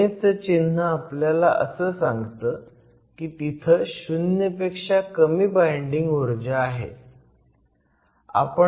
उणे चं चिन्ह आपल्याला असं सांगते की तिथं शून्य पेक्षा कमी बाईंडिंग ऊर्जा आहे